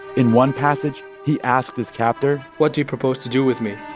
in one passage, he asked his captor. what do you propose to do with me?